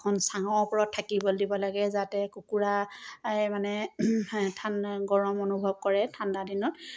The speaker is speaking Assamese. এখন চাঙৰ ওপৰত থাকিবলৈ দিব লাগে যাতে কুকুৰা মানে ঠাণ্ডা গৰম অনুভৱ কৰে ঠাণ্ডা দিনত